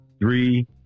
three